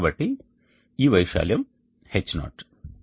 కాబట్టి ఈ వైశాల్యం H0